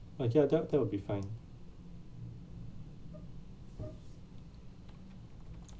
uh ya that that will be fine